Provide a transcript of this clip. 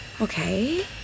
Okay